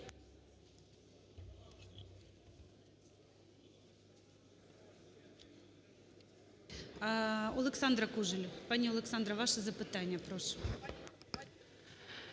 Олександра Кужель. Пані Олександра, ваше запитання. Прошу.